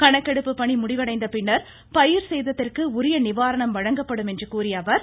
கணக்கெடுப்பு பணி முடிவடைந்தபின்னர் பயிர் சேதத்திற்கு உரிய நிவாரணம் வழங்கப்படும் என்று தெரிவித்தார்